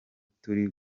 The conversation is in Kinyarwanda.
turi